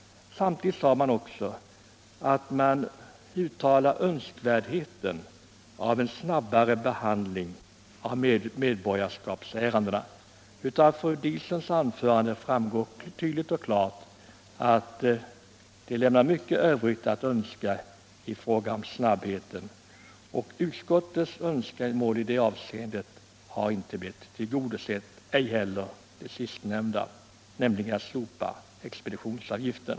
Samtidigt uttalade utskottet önskvärdheten av en snabbare behandling av medborgarskapsärendena. Av fru Diesens anförande framgick klart att just snabbheten lämnar mycket övrigt att önska. Utskottets önskemål i det avseendet har inte blivit tillgodosett och inte heller önskemålet om slopande av expeditionsavgiften.